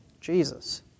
Jesus